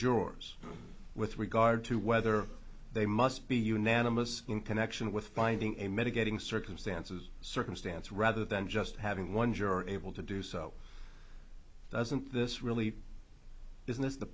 jurors with regard to whether they must be unanimous in connection with finding a mitigating circumstances circumstance rather than just having one juror able to do so doesn't this really isn't this the